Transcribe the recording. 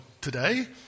today